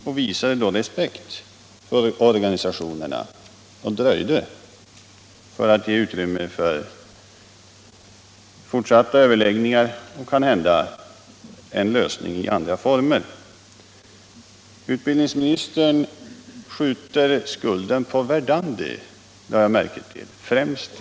Man visade då respekt för organisationerna och dröjde med bildandet för att ge utrymme för forsatta överläggningar och kanhända en lösning i andra former. Jag lade märke till att utbildningsministern främst skjuter skulden på Verdandi.